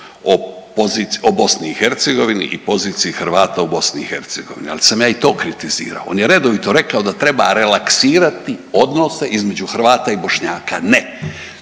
o poziciji, o BiH i poziciji Hrvata u BiH, ali sam ja i to kritizirao. On je redovito rekao da treba relaksirati odnose između Hrvata i Bošnjaka. Ne,